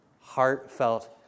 heartfelt